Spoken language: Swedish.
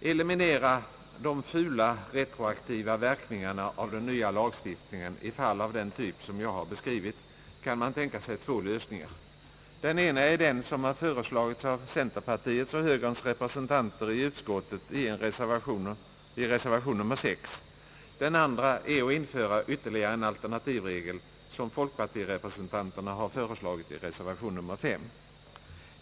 eliminera de fula retroaktiva verkningarna av den nya lagstiftningen i fall av den typ som jag har beskrivit kan man tänka sig två lösningar. Den ena är den som har föreslagits av centerpartiets och högerns representanter i utskottet i reservation nr 6. Den andra är att införa ytterligare en alternativregel som folkpartirepresentanterna har förslagit i reservation nr 5.